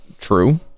true